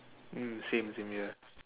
mm same same ya